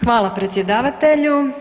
Hvala predsjedavatelju.